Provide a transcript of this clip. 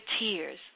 tears